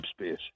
space